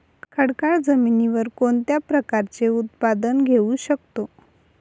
खडकाळ जमिनीवर कोणत्या प्रकारचे उत्पादन घेऊ शकतो?